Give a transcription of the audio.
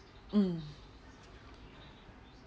mm